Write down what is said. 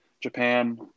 Japan